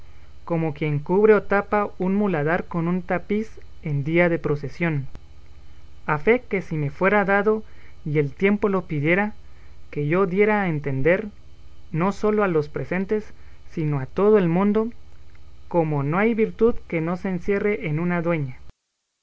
como quien cubre o tapa un muladar con un tapiz en día de procesión a fe que si me fuera dado y el tiempo lo pidiera que yo diera a entender no sólo a los presentes sino a todo el mundo cómo no hay virtud que no se encierre en una dueña